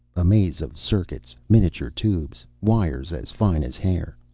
a maze of circuits. miniature tubes. wires as fine as hair.